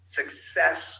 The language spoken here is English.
success